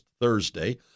Thursday